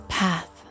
path